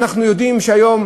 אנחנו יודעים שהיום,